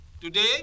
Today